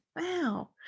Wow